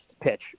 pitch